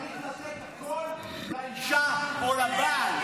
צריך לתת הכול לאישה או לבעל.